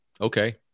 Okay